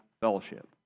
fellowship